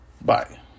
Bye